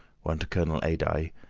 one to colonel adye,